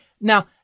Now